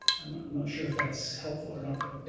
i'm not sure if that's helpful or not. but yeah,